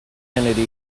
kennedy